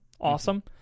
Awesome